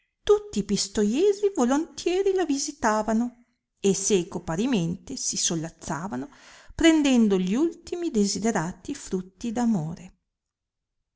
tutti i pistoiesi volontieri la visitavano e seco parimente si solazzavano prendendo gli ultimi desiderati frutti